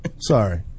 sorry